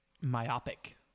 myopic